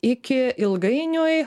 iki ilgainiui